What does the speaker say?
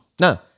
No